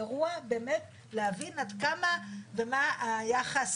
אירוע באמת להבין עד כמה ומה היחס,